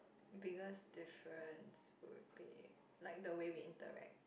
biggest difference would be like the way we interact